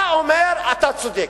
אתה אומר שאתה צודק,